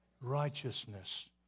righteousness